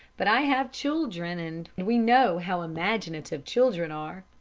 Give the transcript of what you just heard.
but i have children, and we know how imaginative children are.